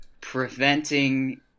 Preventing